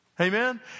Amen